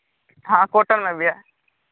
हाँ कॉटन मे भी है